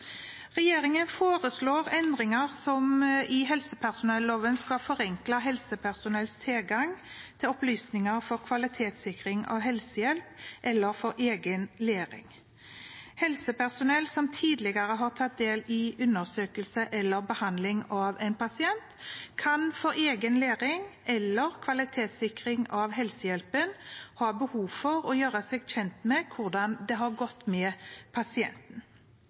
Regjeringen foreslår endringer i helsepersonelloven som skal forenkle helsepersonells tilgang til opplysninger for kvalitetssikring av helsehjelp eller for egen læring. Helsepersonell som tidligere har tatt del i undersøkelser eller behandling av en pasient, kan, for egen læring eller kvalitetssikring av helsehjelpen, ha behov for å gjøre seg kjent med hvordan det har gått med pasienten.